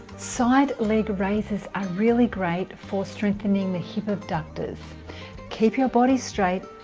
side leg raises are really great for strengthening the hip abductors keep your body straight